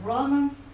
Romans